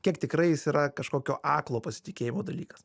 kiek tikrai jis yra kažkokio aklo pasitikėjimo dalykas